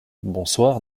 bonsoir